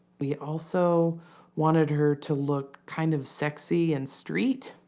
we also wanted her to look kind of sexy and street,